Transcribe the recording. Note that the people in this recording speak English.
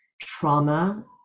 trauma